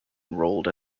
enrolled